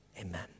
amen